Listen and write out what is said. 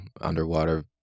underwater